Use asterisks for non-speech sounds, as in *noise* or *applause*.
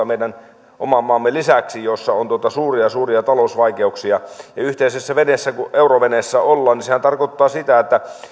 *unintelligible* meidän oman maamme lisäksi monta monta muuta maata joissa on suuria suuria talousvaikeuksia kun yhteisessä euroveneessä olemme tarkoittaa sitä että